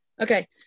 okay